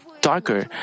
darker